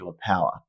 power